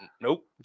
Nope